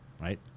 right